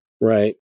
Right